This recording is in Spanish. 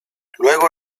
luego